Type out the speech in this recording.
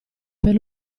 per